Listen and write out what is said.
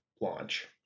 launch